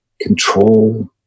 control